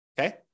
Okay